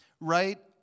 Right